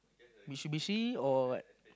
Mitsubishi or what